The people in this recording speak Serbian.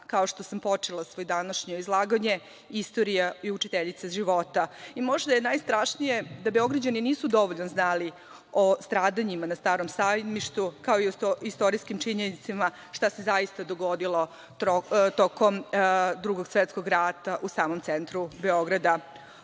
kao što sam počela svoje današnje izlaganje, istorija je učiteljica života i možda je najstrašnije što Beograđani nisu dovoljno znali o stradanjima na Starom sajmištu, kao i o istorijskim činjenicama, šta se zaista dogodilo tokom Drugog svetskog rata u samom centru Beograda. Logor